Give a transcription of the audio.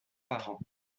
parents